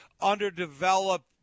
underdeveloped